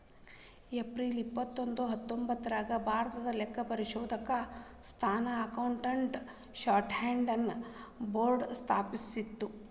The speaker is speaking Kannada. ಏಪ್ರಿಲ್ ಇಪ್ಪತ್ತೊಂದು ಹತ್ತೊಂಭತ್ತ್ನೂರಾಗ್ ಭಾರತಾ ಲೆಕ್ಕಪರಿಶೋಧಕ ಸಂಸ್ಥಾ ಅಕೌಂಟಿಂಗ್ ಸ್ಟ್ಯಾಂಡರ್ಡ್ ನ ಬೋರ್ಡ್ ಸ್ಥಾಪಿಸ್ತು